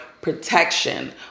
protection